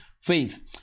faith